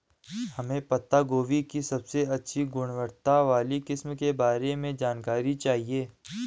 हमें पत्ता गोभी की सबसे अच्छी गुणवत्ता वाली किस्म के बारे में जानकारी चाहिए?